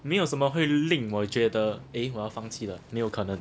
没有什么会令我觉得诶我要放弃了没有可能